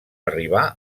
arribar